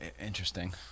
Interesting